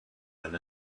than